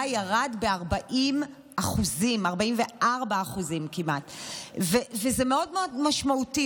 ירד בכמעט 44%. וזה מאוד מאוד משמעותי.